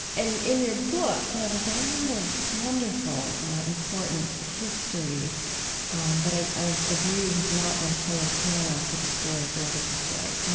and in your book, you know, there's a lot of wonderful important history and that i i agree has not been told parallel to the story of the religious right.